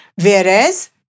whereas